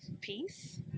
peace